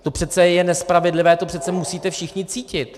To je přece nespravedlivé, to přece musíte všichni cítit.